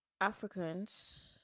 Africans